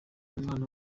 umwana